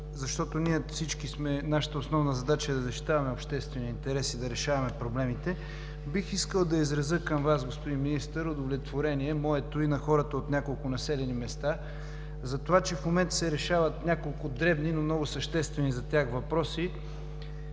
защото нашата основна задача е да защитаваме обществения интерес и да решаваме проблемите, бих искал да изразя към Вас, господин Министър, удовлетворение – моето и на хората от няколко населени места, за това, че в момента се решават няколко дребни, но много съществени за тях въпроси.